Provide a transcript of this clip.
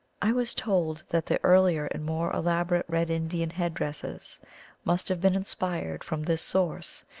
i was told that the earlier and more elaborate red indian headdresses must have been inspired from this source,